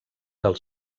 del